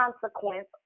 consequence